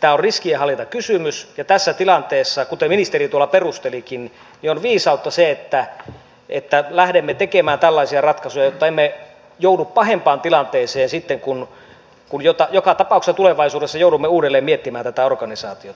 tämä on riskienhallintakysymys ja tässä tilanteessa kuten ministeri tuolla perustelikin on viisautta se että lähdemme tekemään tällaisia ratkaisuja jotta emme joudu pahempaan tilanteeseen sitten kun joka tapauksessa tulevaisuudessa joudumme uudelleen miettimään tätä organisaatiota